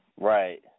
Right